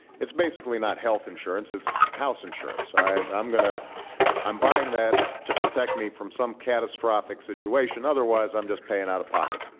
it's basically not health insurance it's house insurance. i'm i'm going to i'm buying that to protect me from some catastrophic situation otherwise, i'm just paying out of pocket.